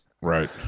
Right